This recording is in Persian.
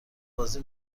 بازی